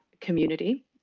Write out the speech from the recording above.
community